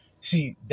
See